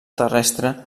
terrestre